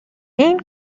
این